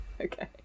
Okay